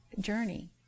journey